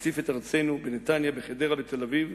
הציף את ארצנו, בנתניה, בחדרה, בתל-אביב,